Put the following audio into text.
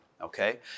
Okay